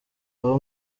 abo